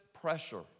pressure